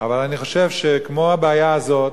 אבל אני חושב שכמו הבעיה הזאת,